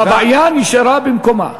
והבעיה נשארה במקומה.